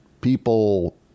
people